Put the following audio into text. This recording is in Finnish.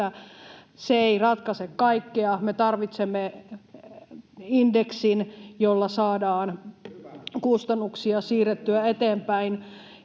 Se ei ratkaise kaikkea. Me tarvitsemme indeksin, jolla saadaan kustannuksia siirrettyä eteenpäin,